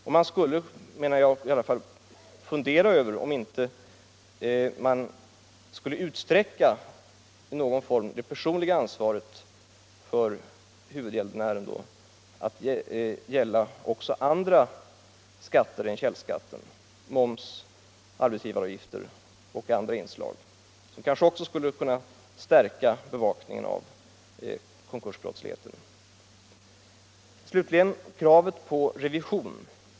Jag menar att man bör fundera över om man inte i någon form skulle utsträcka det personliga ansvaret för huvudgäldenären att gälla också andra skatter än källskatten, t.ex. moms, arbetsgivaravgifter och annat. Det borde också kunna stärka bevakningen av konkursbrottsligheten. Slutligen har vi kravet på revision.